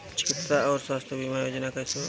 चिकित्सा आऊर स्वास्थ्य बीमा योजना कैसे होला?